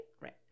Right